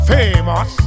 Famous